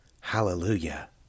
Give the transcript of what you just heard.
Hallelujah